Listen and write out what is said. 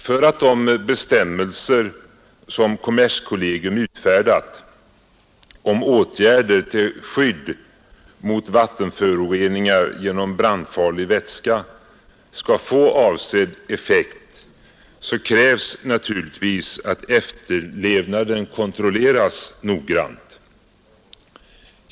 För att de bestämmelser som kommerskollegium utfärdat om åtgärder till skydd mot vattenföroreningar genom brandfarlig vätska skall få avsedd effekt krävs naturligtvis att efterlevnaden kontrolleras noga.